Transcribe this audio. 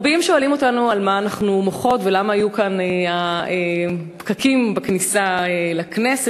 רבים שואלים אותנו על מה אנחנו מוחות ולמה היו כאן הפקקים בכניסה לכנסת.